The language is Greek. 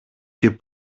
και